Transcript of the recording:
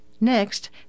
Next